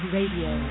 Radio